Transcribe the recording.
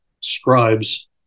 scribes